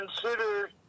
consider